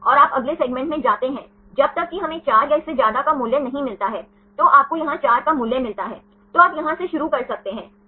अधिक फ्लेक्सिबल यह अवयवस्थि रूप से पैक किया गया है यह सही नहीं है यह बारीकी से पैक नहीं है यह अवयवस्थि रूप से पैक किया गया है